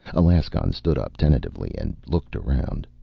alaskon stood up tentatively and looked around.